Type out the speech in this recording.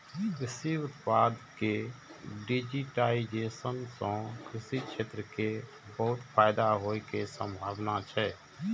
कृषि उत्पाद के डिजिटाइजेशन सं कृषि क्षेत्र कें बहुत फायदा होइ के संभावना छै